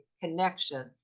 connection